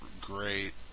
great